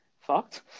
fucked